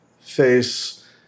face